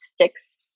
six